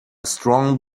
strong